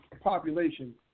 population